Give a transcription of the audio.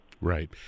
Right